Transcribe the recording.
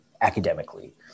Academically